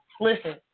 Listen